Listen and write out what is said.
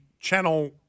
channel